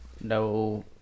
No